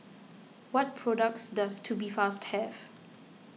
what products does Tubifast have